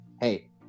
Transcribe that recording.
hey